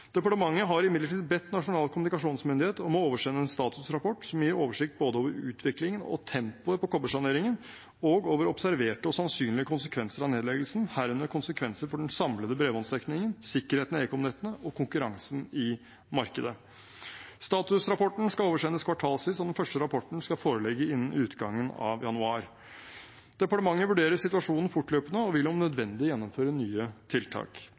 Departementet har imidlertid bedt Nasjonal kommunikasjonsmyndighet om å oversende en statusrapport som gir oversikt både over utviklingen og tempoet på kobbersaneringen og over observerte og sannsynlige konsekvenser av nedleggelsen, herunder konsekvenser for den samlede bredbåndsdekningen, sikkerheten i ekomnettene og konkurransen i markedet. Statusrapporten skal oversendes kvartalsvis, og den første rapporten skal foreligge innen utgangen av januar. Departementet vurderer situasjonen fortløpende og vil om nødvendig gjennomføre nye tiltak.